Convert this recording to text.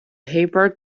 paper